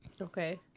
Okay